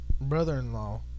brother-in-law